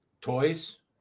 Toys